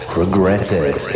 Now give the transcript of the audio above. Progressive